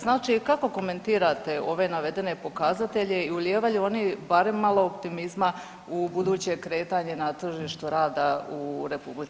Znači kako komentirate ove navedene pokazatelje i ulijevaju li oni barem malo optimizma u buduće kretanje na tržištu rada u RH.